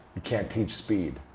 you can't teach speed.